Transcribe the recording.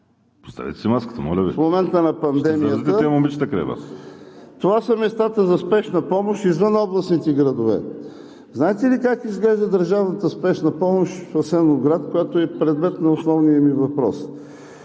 момичета край Вас. МАНОЛ ГЕНОВ: …в момента на пандемията? Това са местата за Спешна помощ извън областните градове. Знаете ли как изглежда държавната Спешна помощ в Асеновград, която е предмет на основния ми въпрос?